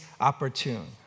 opportune